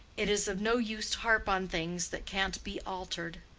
it is of no use to harp on things that can't be altered.